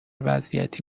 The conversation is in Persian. وضعیتی